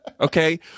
Okay